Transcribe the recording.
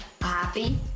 happy